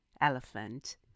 elephant